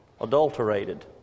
adulterated